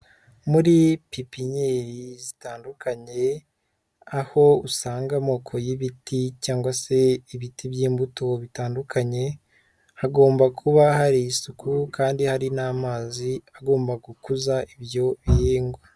Muri pipinyeri zitandukanye, aho usanga amoko y'ibiti cyangwa se ibiti by'imbuto bitandukanye, hagomba kuba hari isuku kandi hari n'amazi agomba gukuza ibyo bihingwa.